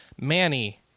Manny